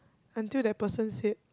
until that person said